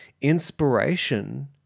inspiration